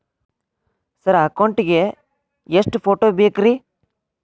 Sir account ಗೇ ಎಷ್ಟು photo ಬೇಕ್ರಿ?